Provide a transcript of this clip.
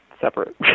separate